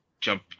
jump